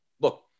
Look